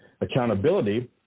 accountability